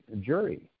jury